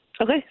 Okay